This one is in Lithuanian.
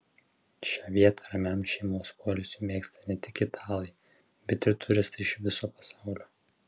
šią vietą ramiam šeimos poilsiui mėgsta ne tik italai bet ir turistai iš viso pasaulio